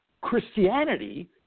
Christianity